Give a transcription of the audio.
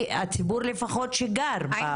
הציבור לפחות שגר באיזור?